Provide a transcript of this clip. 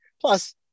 Plus